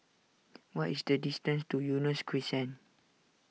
what is the distance to Eunos Crescent